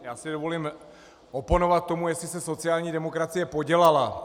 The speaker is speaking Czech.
Já si dovolím oponovat tomu, jestli se sociální demokracie podělala.